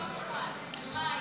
יום אחד, יומיים.